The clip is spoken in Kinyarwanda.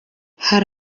hari